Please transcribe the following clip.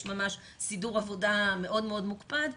יש ממש סידור עבודה מאוד מוקפד,